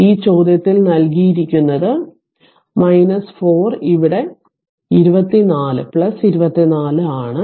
ഈ ചോദ്യത്തിൽ നൽകിയിരിക്കുന്നത് 4 ഇവിടെ 24 ആണ്